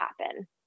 happen